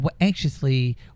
anxiously